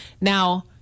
Now